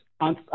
On